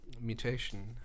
mutation